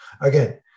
again